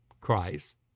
christ